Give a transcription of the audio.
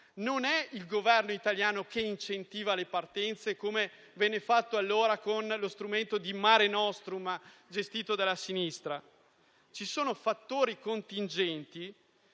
Non è il Governo italiano che incentiva le partenze, come venne fatto allora con lo strumento di Mare nostrum, gestito dalla sinistra. Ci sono fattori contingenti